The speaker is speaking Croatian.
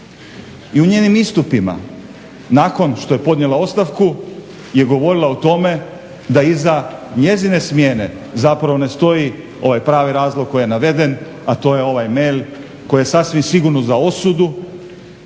i u njenim istupima nakon što je podnijela ostavku je govorila o tome da iza njezine smjene zapravo ne stoji ovaj pravi razlog koji je naveden, a to je ovaj mail koji je sasvim sigurno za osudu.